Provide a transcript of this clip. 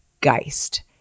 Geist